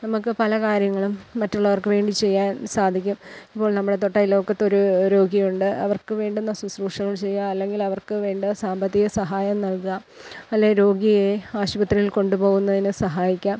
നമുക്ക് പല കാര്യങ്ങളും മറ്റുള്ളവർക്ക് വേണ്ടി ചെയ്യാൻ സാധിക്കും ഇപ്പോൾ നമ്മളെ തൊട്ട അയൽവക്കത്ത് ഒരു രോഗിയുണ്ട് അവർക്ക് വേണ്ടുന്ന ശുശ്രൂഷകൾ ചെയ്യുക അല്ലെങ്കിൽ അവർക്ക് വേണ്ട സാമ്പത്തിക സഹായം നൽകുക അല്ലെങ്കിൽ രോഗിയെ ആശുപത്രിയിൽ കൊണ്ടുപോകുന്നതിന് സഹായിക്കാം